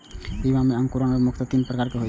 बीया मे अंकुरण मुख्यतः तीन प्रकारक होइ छै